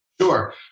Sure